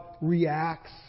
reacts